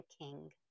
king